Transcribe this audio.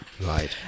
Right